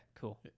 cool